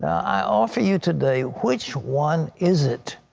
i offer you today, which one is it?